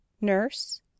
Nurse